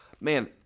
man